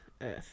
earth